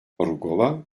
rugova